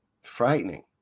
Frightening